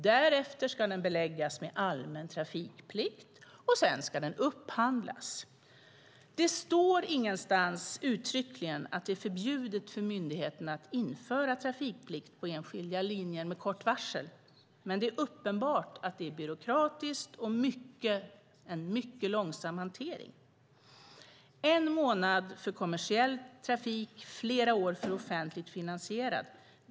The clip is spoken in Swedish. Därefter ska den beläggas med allmän trafikplikt, och sedan ska den upphandlas. Det står ingenstans uttryckligen att det är förbjudet för myndigheten att införa trafikplikt på enskilda linjer med kort varsel, men det är uppenbart att det är byråkratiskt och en mycket långsam hantering. Det är en månad för kommersiell trafik och flera år för offentligt finansierad.